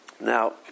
Now